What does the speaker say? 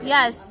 Yes